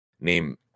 name